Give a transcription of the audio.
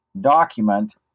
document